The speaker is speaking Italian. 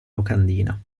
locandina